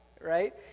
Right